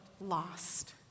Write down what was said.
lost